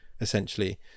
essentially